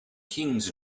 kings